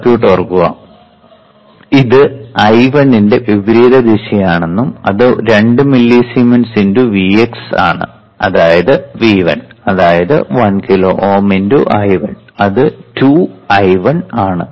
circuit ഓർക്കുക ഇത് I1 ന്റെ വിപരീത ദിശയാണെന്നും അത് 2 മില്ലിസീമെൻസ് × Vx ആണ് അതായത് V1 അതായത് 1 കിലോ Ω × I1 അത് 2 I1 ആണ്